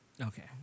Okay